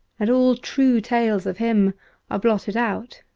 and all true tales of him are blotted out